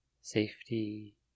Safety